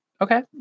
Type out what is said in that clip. Okay